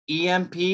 EMP